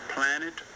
Planet